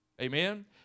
Amen